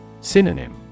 Synonym